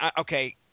Okay